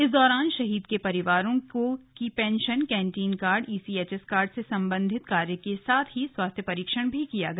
इस दौरान शहीद के परिवारों की pension canteen card ECHS card से संबंधित कार्य के साथ ही स्वास्थ्य परीक्षण किया गया